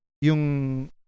yung